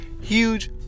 huge